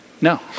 No